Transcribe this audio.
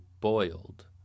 boiled